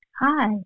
Hi